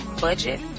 budget